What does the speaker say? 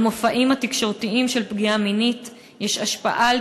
למופעים התקשורתיים של פגיעה מינית יש השפעה על